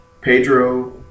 Pedro